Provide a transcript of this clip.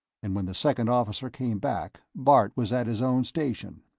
and when the second officer came back, bart was at his own station.